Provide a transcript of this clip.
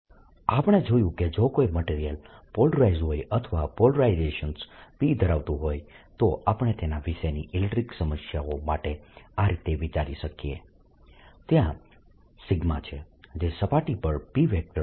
electric displacement આપણે જોયું કે જો કોઈ મટીરીયલ પોલરાઇઝડ હોય અથવા પોલરાઇઝેશન P ધરાવતું હોય તો આપણે તેના વિશેની ઇલેક્ટ્રીકલ સમસ્યાઓ માટે આ રીતે વિચારી શકીએ ત્યાં છે જે સપાટી પર P